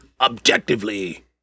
objectively